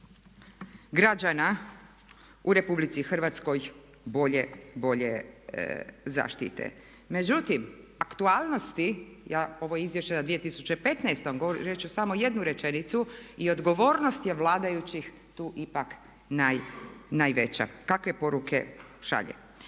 građana u RH bolje zaštite. Međutim aktualnosti, ovo je Izvješće za 2015. godinu, reći ću samo jednu rečenicu i odgovornost je vladajućih tu ipak najveća kakve poruke šalje.